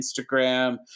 Instagram